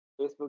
Facebook